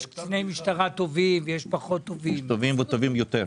יש קציני משטרה טובים ויש פחות טובים -- יש טובים וטובים יותר.